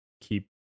keep